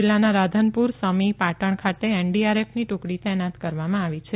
જીલ્લાના રાધનપુર સમી પાટણ ખાતે એનડીઆરએફની ટુકડી તૈનાત કરવામાં આવી છે